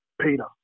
Peter